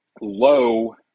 low